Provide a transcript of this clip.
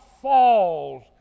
falls